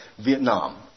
Vietnam